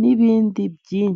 n'ibindi byinshi.